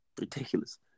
Ridiculous